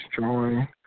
join